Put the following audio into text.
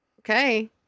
okay